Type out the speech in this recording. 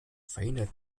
verhindert